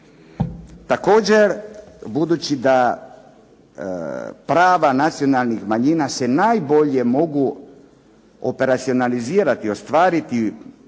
Također budući da prava nacionalnih manjina se najbolje mogu operacionalizirati, ostvariti